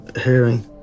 hearing